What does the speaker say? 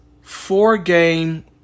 Four-game